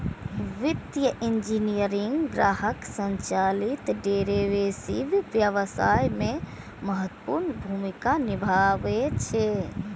वित्तीय इंजीनियरिंग ग्राहक संचालित डेरेवेटिव्स व्यवसाय मे महत्वपूर्ण भूमिका निभाबै छै